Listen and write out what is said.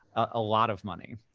a lot of money.